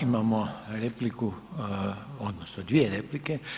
Imamo repliku, odnosno dvije replika.